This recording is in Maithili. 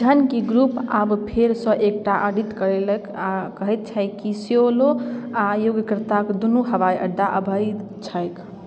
जहनकि ग्रुप आब फेरसँ एकटा ऑडिट करेलक आओर कहैत छै कि स्योलो आओर योग्यकार्ता दुनू हवाइअड्डा अवैध छै